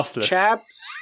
Chaps